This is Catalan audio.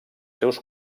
seus